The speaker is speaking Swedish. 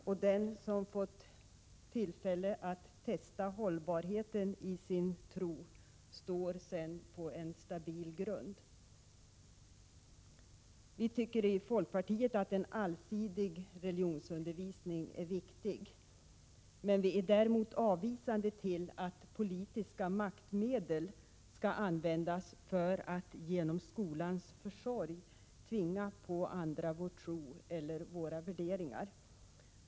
Och den som fått tillfälle att testa hållbarheten i sin tro står sedan på en stabil grund. Vi i folkpartiet tycker att en allsidig religionsundervisning är viktig, men är avvisande till att politiska maktmedel skall användas för att genom skolans försorg tvinga på andra vår tro eller våra värderingar.